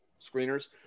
screeners